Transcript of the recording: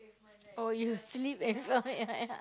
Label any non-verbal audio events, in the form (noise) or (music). oh you sleep as well (laughs)